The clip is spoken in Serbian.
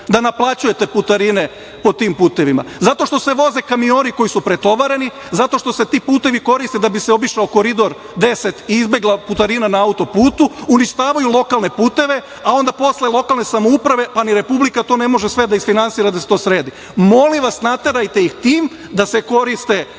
da naplaćujete putarine po tim putevima, zato što se voze kamioni koji su pretovareni, zato što se ti putevi koriste da bi se obišao Koridor 10 i izbegla putarina na autoputu. Uništavaju lokalne puteve a onda posle lokalne samouprave, pa ni Republika to ne može da isfinansira da se to sredi. Molim vas, naterajte ih tim da se koriste